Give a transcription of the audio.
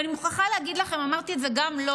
ואני מוכרחה להגיד לכם, אמרתי את זה גם לו: